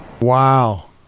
Wow